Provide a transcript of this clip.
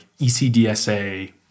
ECDSA